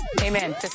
Amen